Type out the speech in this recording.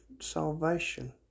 salvation